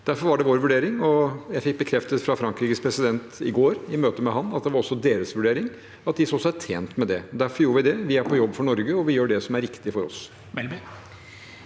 Derfor var det vår vurdering, og jeg fikk bekreftet fra Frankrikes president i går, i møte med ham, at det også var deres vurdering, og at de så seg tjent med det. Derfor gjorde vi det. Vi er på jobb for Norge, og vi gjør det som er riktig for oss.